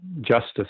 justice